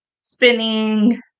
spinning